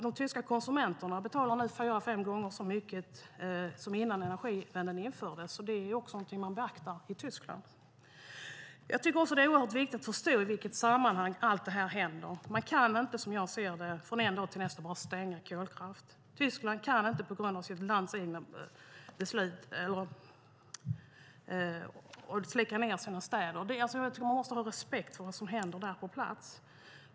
De tyska konsumenterna betalar nu fyra fem gånger så mycket som innan Energiewende infördes. Det är också något som man beaktar i Tyskland. Jag tycker också att det är oerhört viktigt att förstå i vilket sammanhang allt det här händer. Man kan inte, som jag ser det, från en dag till nästa bara stänga kolkraften. Tyskland kan inte på grund av sitt lands egna beslut släcka ned sina städer. Man måste ha respekt för vad som händer på plats.